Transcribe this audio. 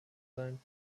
sein